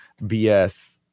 BS